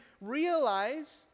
Realize